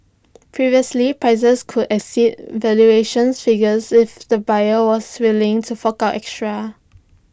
previously prices could exceed valuation figures if the buyer was willing to fork out extra